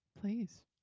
please